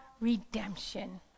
redemption